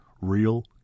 Real